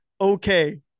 okay